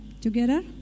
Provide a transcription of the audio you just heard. together